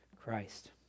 Christ